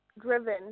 driven